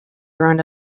around